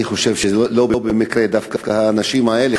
אני חושב שלא במקרה דווקא האנשים האלה,